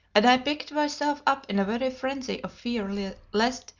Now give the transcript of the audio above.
and i picked myself up in a very frenzy of fear lest,